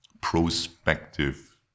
prospective